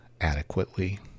adequately